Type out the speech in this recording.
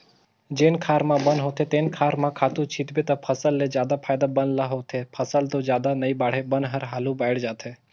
जेन खार म बन होथे तेन खार म खातू छितबे त फसल ले जादा फायदा बन ल होथे, फसल तो जादा नइ बाड़हे बन हर हालु बायड़ जाथे